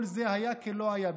כל זה היה כלא היה.